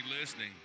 listening